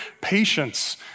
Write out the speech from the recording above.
patience